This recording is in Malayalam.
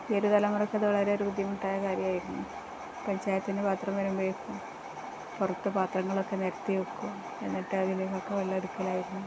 ഈയൊരു തലമുറയ്ക്കതു വളരെ ഒരു ബുദ്ധിമുട്ടായ കാര്യമായിരുന്നു പഞ്ചായത്തിൻ്റെ പാത്രം വരുമ്പോഴേക്കും പുറത്തു പാത്രങ്ങളൊക്കെ നിരത്തിവയ്ക്കും എന്നിട്ടതിലേക്കൊക്കെ വെള്ളമെടുക്കലായിരുന്നു